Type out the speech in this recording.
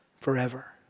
forever